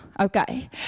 Okay